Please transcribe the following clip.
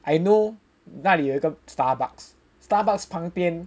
I know 那里有一个 Starbucks Starbucks 旁边